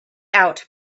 out